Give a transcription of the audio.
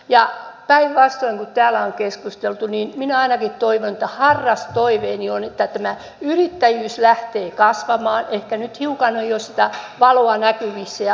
ja päinvastoin kuin täällä on keskusteltu niin minä ainakin toivon harras toiveeni on että tämä yrittäjyys lähtee kasvamaan ehkä nyt hiukan on jo sitä valoa näkyvissä ja sitä myöten saadaan verotuloa